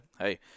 Hey